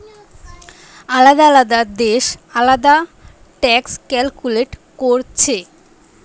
আলদা আলদা দেশ আলদা ট্যাক্স ক্যালকুলেট কোরছে